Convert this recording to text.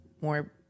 more